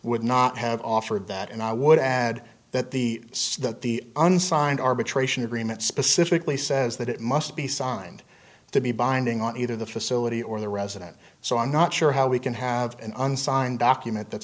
would not have offered that and i would add that the that the unsigned arbitration agreement specifically says that it must be signed to be binding on either the facility or the resident so i'm not sure how we can have an unsigned document that